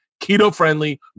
keto-friendly